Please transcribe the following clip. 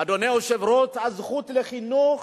אדוני היושב-ראש, הזכות לחינוך